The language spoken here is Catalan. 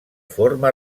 forma